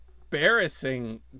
embarrassing